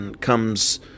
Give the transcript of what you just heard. comes